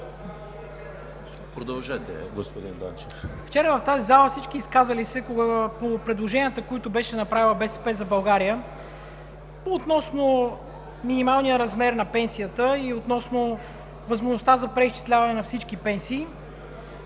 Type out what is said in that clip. Продължете, господин Данчев. ДИМИТЪР ДАНЧЕВ: Вчера в тази зала всички изказали се по предложенията, които беше направила „БСП за България“ относно минималния размер на пенсията и относно възможността за преизчисляване на всички пенсии,